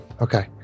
Okay